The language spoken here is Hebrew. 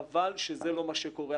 חבל שזה לא מה שקורה.